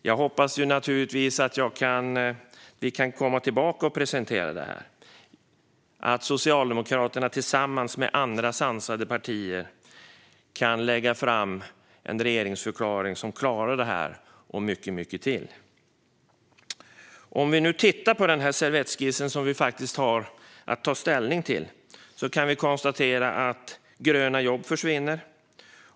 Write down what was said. Jag hoppas naturligtvis att vi kan komma tillbaka och presentera detta och att Socialdemokraterna tillsammans med andra sansade partier kan lägga fram en regeringsförklaring som klarar detta och mycket mer. Om vi nu tittar på den servettskiss som vi har att ta ställning till kan vi konstatera att gröna jobb försvinner.